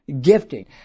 gifting